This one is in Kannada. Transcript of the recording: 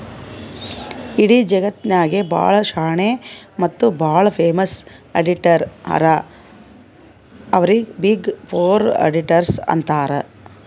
ಇಡೀ ಜಗತ್ನಾಗೆ ಭಾಳ ಶಾಣೆ ಮತ್ತ ಭಾಳ ಫೇಮಸ್ ಅಡಿಟರ್ ಹರಾ ಅವ್ರಿಗ ಬಿಗ್ ಫೋರ್ ಅಡಿಟರ್ಸ್ ಅಂತಾರ್